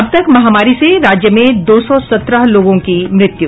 अब तक महामारी से राज्य में दो सौ सत्रह लोगों की मृत्यु